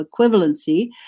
equivalency